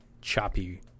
choppy